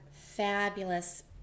Fabulous